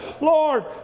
Lord